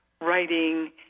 writing